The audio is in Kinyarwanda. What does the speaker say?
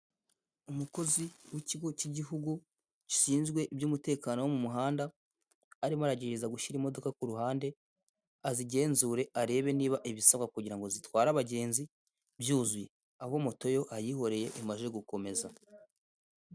Umukozi w'ikigo k'igihugu gishinzwe iby'umutekano wo mu muhanda, arimo aragerageza gushyira imodoka ku ruhande azigenzure arebe niba ibisabwa kugira ngo zitware abagenzi byuzuye, aho motoyo ayihoreye imaze gukomeza.